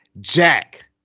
Jack